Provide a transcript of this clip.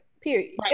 Period